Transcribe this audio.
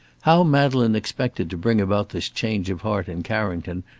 how madeleine expected to bring about this change of heart in carrington,